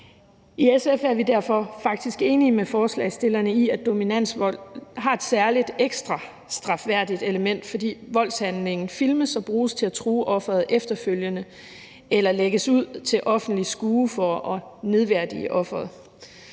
I SF er vi derfor enige med forslagsstillerne i, at dominansvold har et særligt ekstra strafværdigt element, fordi voldshandlingen filmes, og filmen bruges til at true offeret med efterfølgende eller lægges ud til offentlig skue for at nedværdige offeret.